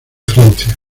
francia